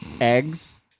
eggs